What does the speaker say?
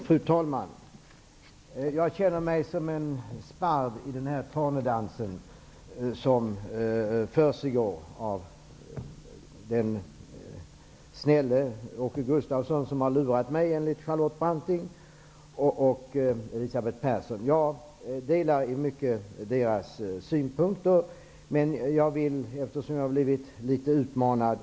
Fru talman! Jag känner mig som en sparv i denna tranedans mellan den snälle Åke Gustavsson, som enligt Charlotte Branting har lurat mig, och Elisabeth Persson. Jag delar i mycket deras synpunkter, men jag vill säga några ord eftersom jag har blivit utmanad.